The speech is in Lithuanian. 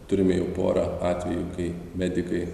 turime jau porą atvejų kai medikai